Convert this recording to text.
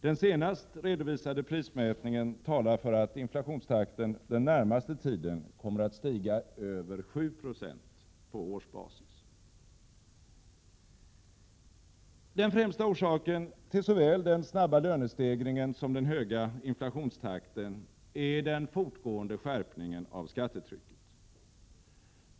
Den senast redovisade prismätningen talar för att inflationstakten den närmaste tiden kommer att stiga över 7 Jo på årsbasis. Den främsta orsaken till såväl den snabba lönestegringen som den höga inflationstakten är den fortgående skärpningen av skattetrycket.